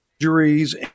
injuries